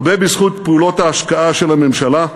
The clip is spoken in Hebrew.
הרבה בזכות פעולות ההשקעה של הממשלה.